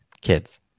kids